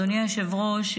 אדוני היושב-ראש,